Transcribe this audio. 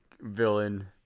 villain